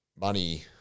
money